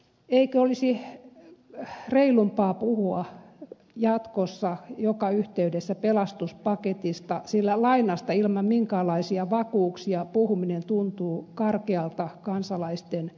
eikö olisi reilumpaa puhua jatkossa joka yhteydessä pelastuspaketista sillä lainasta ilman minkäänlaisia vakuuksia puhuminen tuntuu karkealta kansalaisten sumuttamiselta